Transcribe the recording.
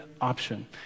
option